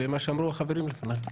ומה שאמרו החברים לפניך.